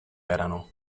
erano